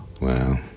Wow